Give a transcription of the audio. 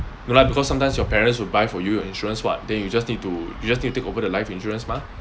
no lah because sometimes your parents will buy for you your insurance what then you just need to you just need to take over the life insurance mah